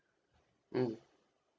mm